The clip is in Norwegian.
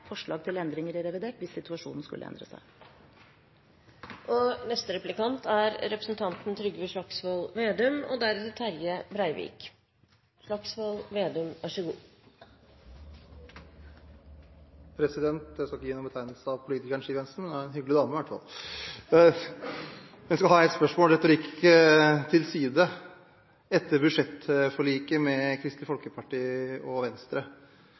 forslag til endringer i revidert, hvis situasjonen skulle endre seg. Jeg skal ikke gi noen betegnelse av politikeren Siv Jensen, men hun er en hyggelig dame, i hvert fall. Jeg har et spørsmål – retorikk til side. Etter budsjettforliket med Kristelig Folkeparti og Venstre,